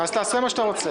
אז תעשה מה שאתה רוצה.